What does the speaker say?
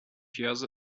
years